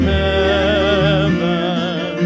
heaven